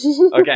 Okay